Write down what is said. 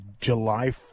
July